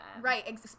Right